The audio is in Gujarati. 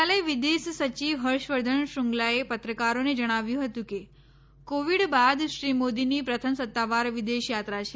ગઈકાલે વિદેશ સચિવ હર્ષવર્ધન શ્રંગલાએ પત્રકારોને જણાવ્યું હતું કે કોવિડ બાદ શ્રી મોદીની પ્રથમ સત્તાવાર વિદેશ યાત્રા છે